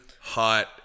hot